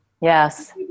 Yes